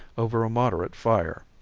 over a moderate fire.